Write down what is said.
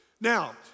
Now